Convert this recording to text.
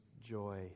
joy